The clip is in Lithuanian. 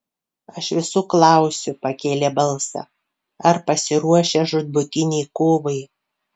aš visų klausiu pakėlė balsą ar pasiruošę žūtbūtinei kovai